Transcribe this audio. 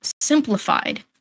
simplified